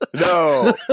No